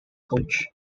coach